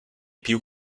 più